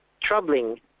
troubling